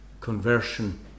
Conversion